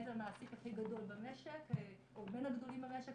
המעסיק הכי גדול או בין הגדולים במשק,